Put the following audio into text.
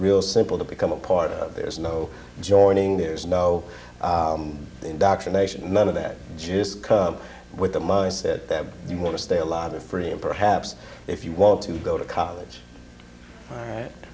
real simple to become a part of there's no joining there's no indoctrination and none of that juice come with the mindset that you want to stay a lot of free and perhaps if you want to go to college